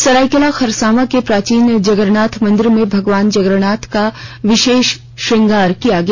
सरायकेला खरसांवा के प्राचीन जगन्नाथ मंदिर में भगवान जगन्नाथ का विशेष श्रृंगार किया गया